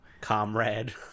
Comrade